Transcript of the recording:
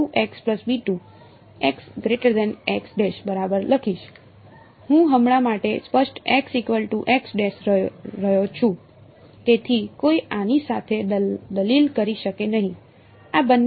હું હમણાં માટે સ્પષ્ટ રહ્યો છું તેથી કોઈ આની સાથે દલીલ કરી શકે નહીં